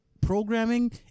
programming